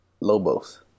Lobos